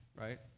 right